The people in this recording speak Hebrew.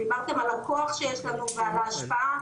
דיברתם על הכוח שיש לנו ועל ההשפעה,